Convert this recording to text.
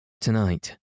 Tonight